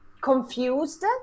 confused